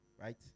right